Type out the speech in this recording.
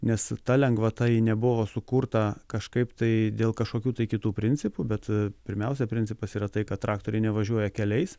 nes ta lengvata ji nebuvo sukurta kažkaip tai dėl kažkokių tai kitų principų bet pirmiausia principas yra tai kad traktoriai nevažiuoja keliais